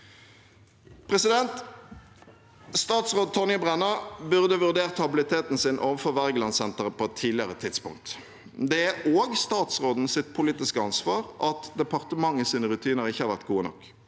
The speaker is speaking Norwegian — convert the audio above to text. dag. Statsråd Tonje Brenna burde vurdert habiliteten sin overfor Wergelandsenteret på et tidligere tidspunkt. Det er også statsrådens politiske ansvar at departementets rutiner ikke har vært gode nok,